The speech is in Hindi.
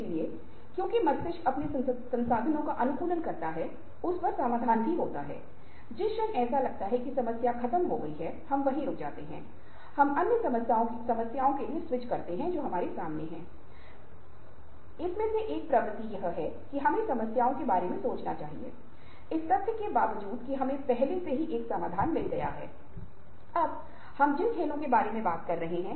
अब बातचीत में मुद्दे असल में बातचीत में चार समकालीन मुद्दे हैं व्यक्तित्व लक्षण की भूमिका आप हमारे अच्छे व्यक्तित्व को जानते हैं व्यक्तित्व से संबंधित कुछ लक्षण हैं कि क्या हम बहुत सीधे हैं हम विनीत हैं हम सभ्य हैं हम विनम्र हैं हमारे व्यक्तित्व में कुछ लक्षण हैं और हमें यह समझना होगा कि जब हम बातचीत पर बैठे होते हैं और दूसरों के साथ बात कर रहे हैं